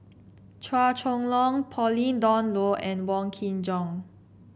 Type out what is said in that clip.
Chua Chong Long Pauline Dawn Loh and Wong Kin Jong